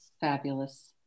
Fabulous